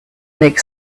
make